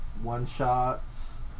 one-shots